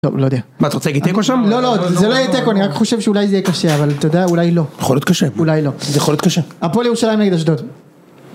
לא יודע. מה אתה רוצה להגיד תיקו שם? לא לא, זה לא יהיה תיקו, אני רק חושב שאולי זה יהיה קשה, אבל אתה יודע, אולי לא. יכול להיות קשה. אולי לא. זה יכול להיות קשה. הפועל ירושלים נגד אשדוד.